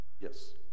Yes